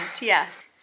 Yes